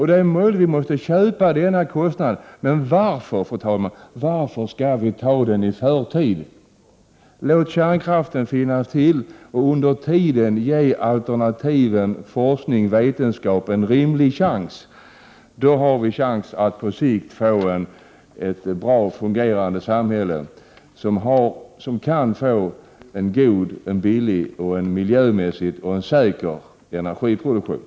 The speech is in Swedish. Det är möjligt att man måste köpa energi till denna kostnad, men varför, fru talman, skall vi ta den kostnaden i förtid. Låt kärnkraften finnas kvar och ge under tiden alternativen, forskning och vetenskap en rimlig chans. Då har vi chans att på sikt få ett bra fungerande samhälle, som kan få en god, billig och miljömässigt säker energiproduktion.